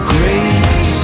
Grace